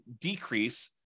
decrease